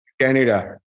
Canada